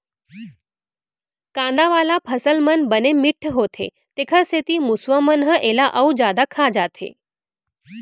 कांदा वाला फसल मन बने मिठ्ठ होथे तेखर सेती मूसवा मन ह एला अउ जादा खा जाथे